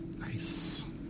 Nice